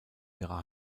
ihrer